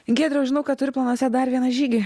giedriau žinau kad turi planuose dar vieną žygį